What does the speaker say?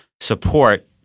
support